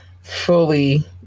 fully